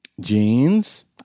jeans